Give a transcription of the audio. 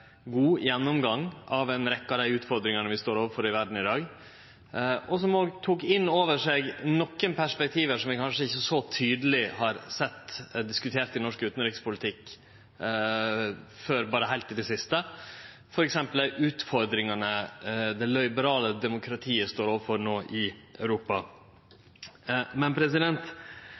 god gjennomgang av ei rekkje av dei utfordringane vi står overfor i verda i dag, og som òg tok inn over seg nokre perspektiv som eg kanskje ikkje så tydeleg har sett diskutert i norsk utanrikspolitikk før heilt i det siste, f. eks. dei utfordringane det liberale demokratiet no står overfor i Europa. Det var eit godt blikk på ei verd i endring, men